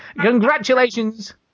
congratulations